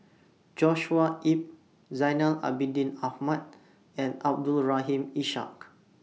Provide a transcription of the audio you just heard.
Joshua Ip Zainal Abidin Ahmad and Abdul Rahim Ishak